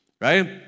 right